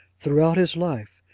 throughout his life,